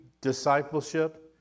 discipleship